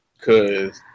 Cause